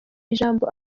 ijambo